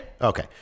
okay